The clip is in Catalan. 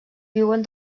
viuen